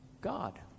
God